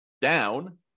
down